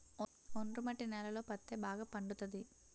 ఒండ్రు మట్టి నేలలలో పత్తే బాగా పండుతది